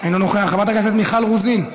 אינו נוכח, חברת הכנסת מיכל רוזין,